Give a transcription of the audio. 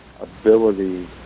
ability